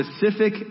specific